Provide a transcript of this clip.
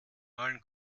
allen